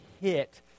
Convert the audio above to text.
hit